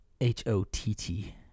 H-O-T-T